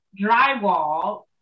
drywall